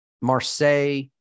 Marseille